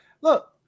look